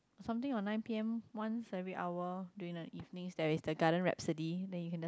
something on nine p_m once every hour during the evening there is this garden rhapsody then you can just